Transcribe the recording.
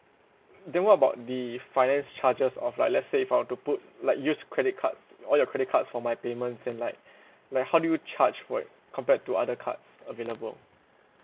then what about the finance charges of like let's say if I were to put like use credit card all your credit cards for my payments and like like how do you charge for it compared to other cards available